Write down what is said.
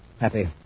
Happy